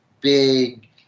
big